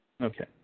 Okay